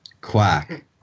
Quack